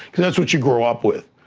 cause that's what you grow up with,